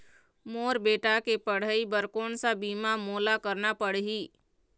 मोर बेटा के पढ़ई बर कोन सा बीमा मोला करना पढ़ही?